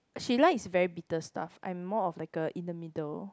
she likes very bitter stuff I'm more of like a in the middle